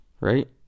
right